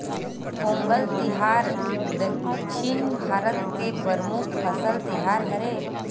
पोंगल तिहार दक्छिन भारत के परमुख फसल तिहार हरय